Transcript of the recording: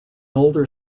older